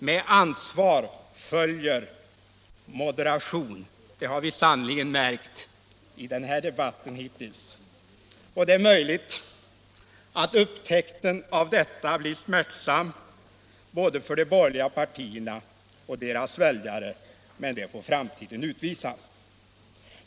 Med ansvar följer moderation — det har vi sannerligen märkt i den här debatten hittills. Det är möjligt att upptäckten av detta blir smärtsam såväl för de borgerliga partierna som för deras väljare, men det får framtiden utvisa.